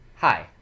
Hi